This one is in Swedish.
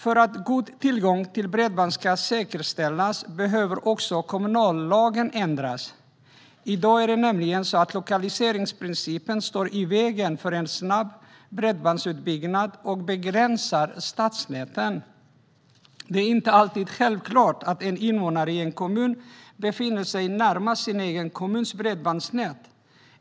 För att god tillgång till bredband ska säkerställas behöver också kommunallagen ändras. I dag är det nämligen så att lokaliseringsprincipen står i vägen för en snabb bredbandsutbyggnad och begränsar stadsnäten. Det är inte alltid självklart att en invånare i en kommun befinner sig närmast sin egen kommuns bredbandsnät.